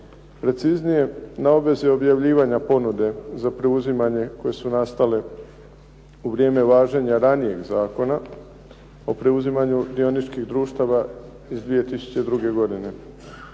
Preciznije na obvezi objavljivanja ponude za preuzimanje koje su nastale u vrijeme važenja ranijeg zakona o preuzimanju dioničkih društava iz 2002. godine.